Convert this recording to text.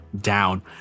down